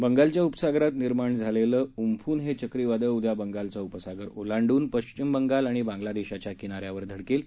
बंगालच्या उपसागरात निर्माण झालेलं ऊंफून हे चक्रीवादळ उद्या बंगालचा उपसागर ओलांडून पश्विम बंगाल आणि बांगलादेशच्या किनाऱ्यावर धडकेल